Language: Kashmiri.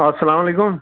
اَسلام علیکُم